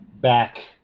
back